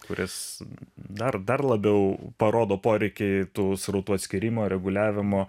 kuris dar dar labiau parodo poreikiai tų srautų atskyrimo reguliavimo